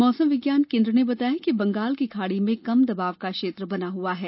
मौसम विज्ञान केन्द्र ने बाताया है कि बंगाल की खाड़ी में कम दबाव का क्षेत्र बना हुआ है